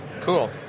Cool